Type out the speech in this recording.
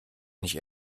nicht